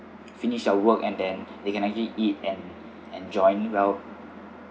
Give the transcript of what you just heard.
finish their work and then they can actually eat and enjoy well